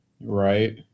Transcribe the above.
Right